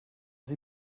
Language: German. sie